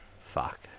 Fuck